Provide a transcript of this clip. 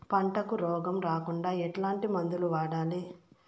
పంటకు రోగం రాకుండా ఎట్లాంటి మందులు వాడాలి?